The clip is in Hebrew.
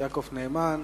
יעקב נאמן